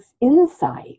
insight